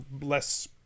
less